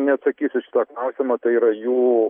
neatsakysiu šito klausimo tai yra jų